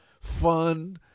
fun